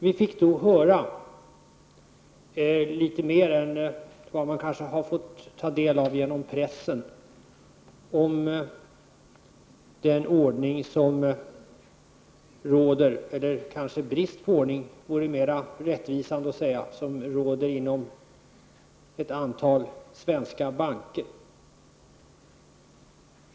Vi fick då höra litet mer än vad man kanske har fått ta del av genom pressen om den brist på ordning som råder inom ett antal svenska banker.